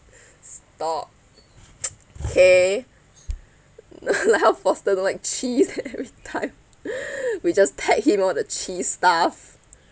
stop K hell foster don't like cheese every time we just tag him all the cheese stuff